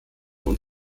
und